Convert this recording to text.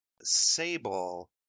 Sable